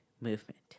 movement